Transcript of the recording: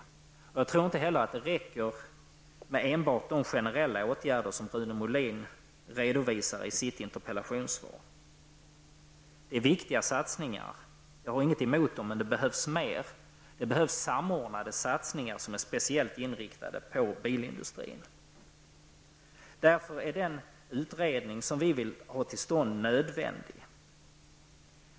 Inte heller tror jag att det räcker med enbart de generella åtgärder som Rune Molin redovisar i sitt interpellationssvar. Det är viktiga satsningar, som jag inte har något emot, men det behövs fler. Det behövs samordnade satsningar speciellt inriktade på bilindustrin. Därför är den utredning som vi vill få till stånd nödvändig.